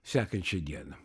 sekančią dieną